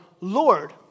Lord